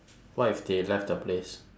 what if they left the place